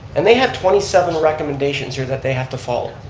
and they have twenty seven recommendations here that they have to follow,